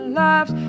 lives